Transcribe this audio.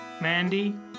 Mandy